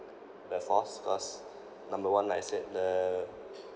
the force cause number one like I said the